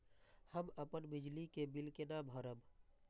हम अपन बिजली के बिल केना भरब?